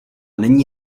není